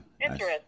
Interesting